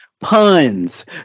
puns